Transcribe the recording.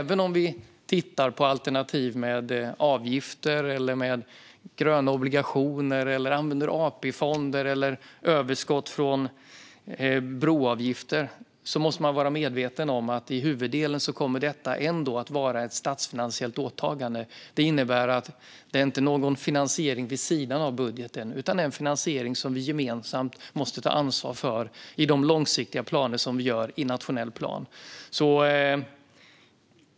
Vi kan titta på alternativ med avgifter, gröna obligationer, AP-fonder eller överskott från broavgifter. Men man måste vara medveten om att huvuddelen ändå kommer att vara ett statsfinansiellt åtagande. Det innebär att det inte är någon finansiering vid sidan av budgeten, utan en finansiering som vi gemensamt måste ta ansvar för i de långsiktiga planer som vi gör i nationell plan.